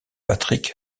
patrick